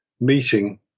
meeting